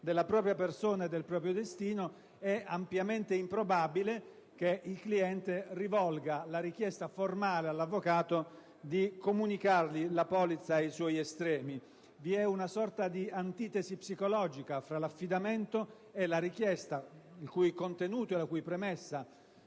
della propria persona e del proprio destino, è fortemente improbabile che il cliente rivolga la richiesta formale all'avvocato di comunicargli la polizza e i suoi estremi. Vi è una sorta di antitesi psicologica tra l'affidamento e la richiesta, il cui contenuto e la cui premessa